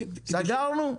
סגרנו?